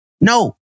No